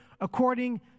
according